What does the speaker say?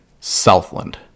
Southland